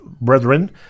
brethren